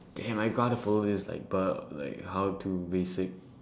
damn I gotta follow this like like how to basic